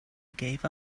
gave